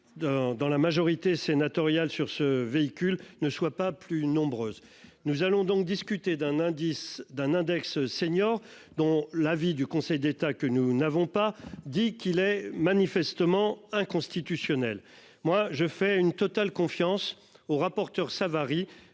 dans la majorité sénatoriale sur ce véhicule ne soit pas plus nombreuses. Nous allons donc discuter d'un indice d'un index senior dont l'avis du Conseil d'État que nous n'avons pas dit qu'il est manifestement inconstitutionnel. Moi je fais une totale confiance au rapporteur Savary.